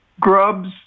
Grubs